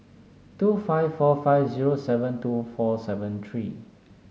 two five four five zero seven two four seven three